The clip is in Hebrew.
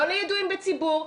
לא לידועים בציבור,